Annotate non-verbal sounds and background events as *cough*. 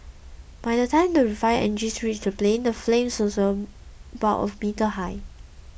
by the time the fire engines reached the plane the flames *unintelligible* about a meter high